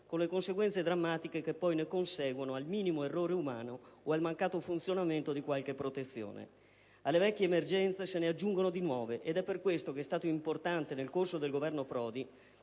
con le conseguenze drammatiche che poi ne conseguono al minimo errore umano o al mancato funzionamento di qualche protezione. Alle vecchie emergenze se ne aggiungono di nuove. Ed è per questo che è stato importante nel corso del Governo Prodi